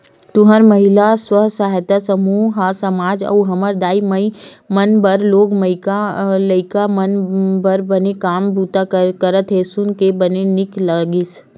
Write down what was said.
तुंहर महिला स्व सहायता समूह ह समाज अउ हमर दाई माई मन बर लोग लइका मन बर बने काम बूता करत हे सुन के बने नीक लगिस